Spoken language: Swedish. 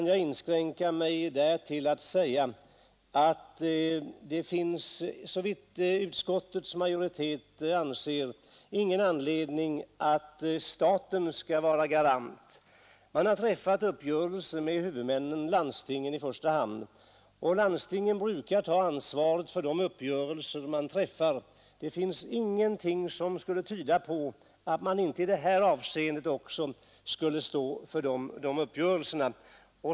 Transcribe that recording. Jag inskränker mig till att säga att det finns, enligt vad utskottets majoritet anser, ingen anledning att staten skall vara garant. Man har träffat uppgörelse med huvudmännen — landstingen i första hand — och landstingen brukar ta ansvaret för de uppgörelser de träffar. Det finns ingenting som skulle tyda på att de inte i detta avseende också skall stå för uppgörelserna.